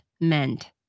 meant